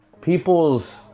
People's